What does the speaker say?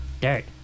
dirt